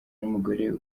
n’umugore